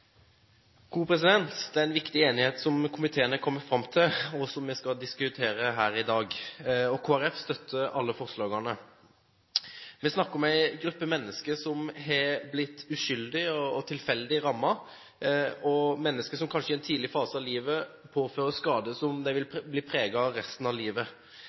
en viktig enighet som komiteen har kommet fram til, og som vi skal diskutere her i dag. Kristelig Folkeparti støtter alle forslagene. Vi snakker om en gruppe mennesker som har blitt uskyldig og tilfeldig rammet, mennesker som kanskje i en tidlig fase av livet påføres skader som de vil bli preget av resten av livet.